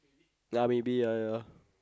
ya maybe ya ya